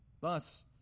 Thus